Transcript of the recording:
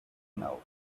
now